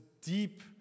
deep